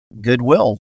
Goodwill